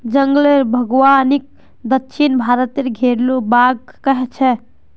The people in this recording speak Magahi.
जंगल बागवानीक दक्षिण भारतत घरेलु बाग़ कह छे